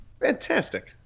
Fantastic